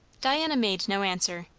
diana made no answer.